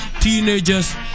teenagers